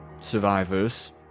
survivors